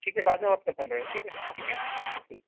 ٹھیک ہے بعد میں اوف کرتا ہوں بیٹا ٹھیک ہے ٹھیک ہے ٹھیک